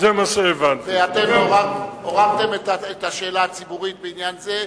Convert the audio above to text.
ואתם עוררתם את השאלה הציבורית בעניין זה.